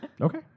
Okay